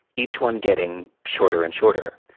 each one getting shorter and shorter.